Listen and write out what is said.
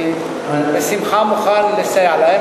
אני בשמחה מוכן לסייע להם,